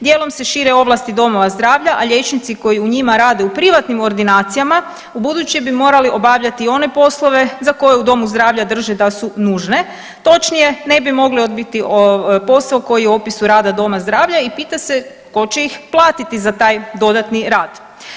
Dijelom se šire ovlasti domova zdravlja, a liječnici koji u njima rade u privatnim ordinacijama, ubuduće bi morali obavljati one poslove za koje u domu zdravlja drže da su nužne, točnije, ne bi mogli odbiti posao koji je u opisu rada doma zdravlja i pita se tko će ih platiti za taj dodatni rad.